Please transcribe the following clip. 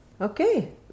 Okay